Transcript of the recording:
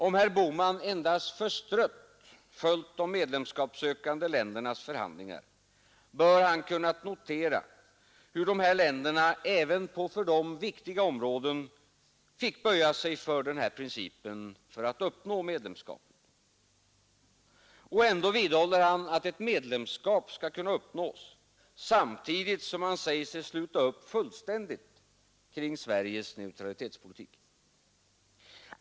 Om herr Bohman endast förstrött följt de medlemskapssökande ländernas förhandlingar, bör han ha kunnat notera, hur dessa länder även på för dem viktiga områden fick böja sig för den här principen för att uppnå medlemskapet. Och ändå vidhåller han att ett medlemskap skall kunna uppnås, samtidigt som han säger sig sluta upp fullständigt kring Sveriges neutralitetspolitik.